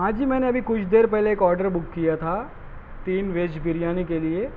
ہاں جی میں نے ابھی کچھ دیر پہلے ایک آڈر بک کیا تھا تین ویج بریانی کے لیے